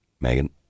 Megan